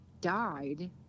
died